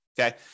Okay